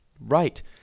Right